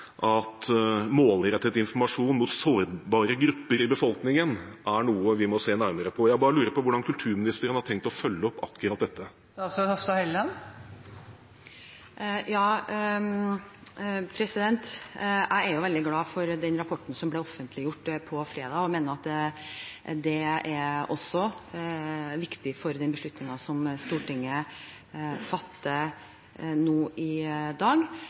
målrettet informasjon mot sårbare grupper i befolkningen er noe vi må se nærmere på. Jeg lurer på hvordan kulturministeren har tenkt å følge opp akkurat dette. Jeg er veldig glad for den rapporten som ble offentliggjort på fredag, og mener at den også er viktig for den beslutningen som Stortinget fatter nå i dag.